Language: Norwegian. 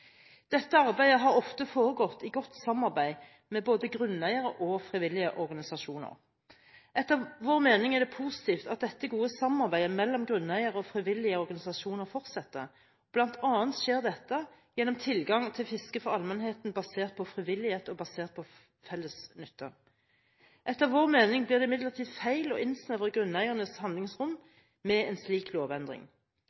Dette arbeidet har ofte foregått i godt samarbeid med både grunneiere og frivillige organisasjoner. Etter vår mening er det positivt at det gode samarbeidet mellom grunneiere og frivillige organisasjoner fortsetter, og det skjer bl.a. gjennom tilgang til fiske for allmennheten, basert på frivillighet og på felles nytte. Etter vår mening blir det imidlertid feil å innsnevre grunneiernes handlingsrom